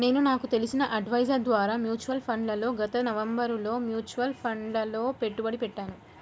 నేను నాకు తెలిసిన అడ్వైజర్ ద్వారా మ్యూచువల్ ఫండ్లలో గత నవంబరులో మ్యూచువల్ ఫండ్లలలో పెట్టుబడి పెట్టాను